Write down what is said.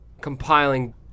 compiling